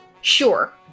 Sure